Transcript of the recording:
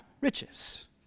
riches